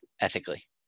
ethically